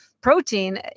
protein